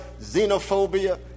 xenophobia